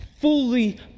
fully